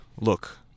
look